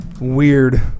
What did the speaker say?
Weird